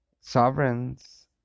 sovereigns